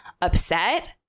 upset